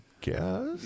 guess